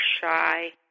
shy